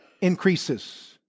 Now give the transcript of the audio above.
increases